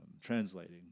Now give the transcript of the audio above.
translating